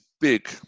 big